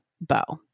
bow